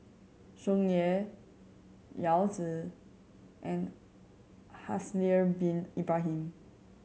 Tsung Yeh Yao Zi and Haslir Bin Ibrahim